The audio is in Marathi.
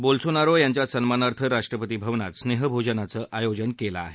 बोल्सोनारो यांच्या सन्मानार्थ राष्ट्रपती भवनात स्नेहभोजनाचं आयोजन केलं आहे